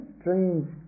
strange